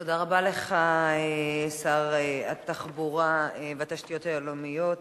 תודה רבה לך, שר התחבורה והתשתיות הלאומיות,